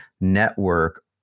network